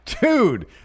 Dude